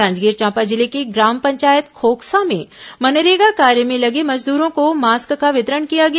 जांजगीर चांपा जिले की ग्राम पंचायत खोखसा में मनरेगा कार्य में लगे मजदूरों को मास्क का वितरण किया गया